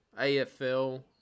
AFL